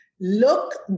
Look